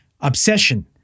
obsession